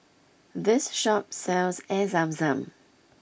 this shop sells Air Zam Zam